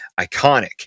iconic